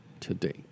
today